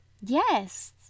Yes